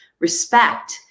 respect